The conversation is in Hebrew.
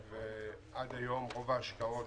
רוב ההשקעות